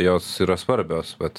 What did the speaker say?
jos yra svarbios vat